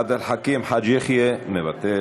עבד אל חכים חאג' יחיא, מוותר.